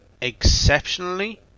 exceptionally